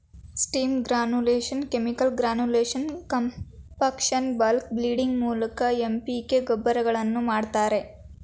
steam granulation, chemical granulation, compaction, bulk blending ಮೂಲಕ MPK ಗೊಬ್ಬರಗಳನ್ನು ಮಾಡ್ತರೆ